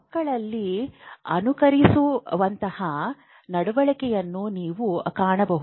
ಮಕ್ಕಳಲ್ಲಿ ಅನುಕರಿಸುವಂತಹ ನಡವಳಿಕೆಯನ್ನು ನೀವು ಕಾಣಬಹುದು